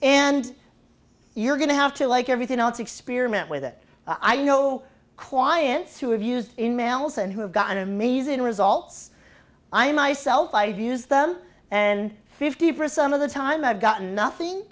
and you're going to have to like everything else experiment with it i know clients who have used in mails and who have gotten amazing results i myself i use them and fifty percent of the time i've gotten nothing